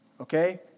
okay